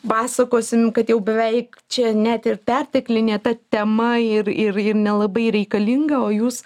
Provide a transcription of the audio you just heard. pasakosim kad jau beveik čia net ir perteklinė ta tema ir ir ir nelabai reikalinga o jūs